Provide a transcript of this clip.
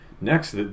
Next